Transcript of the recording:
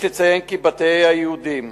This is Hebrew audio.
יש לציין כי בתי היהודים